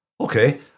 Okay